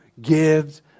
gives